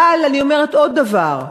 אבל אני אומרת עוד דבר: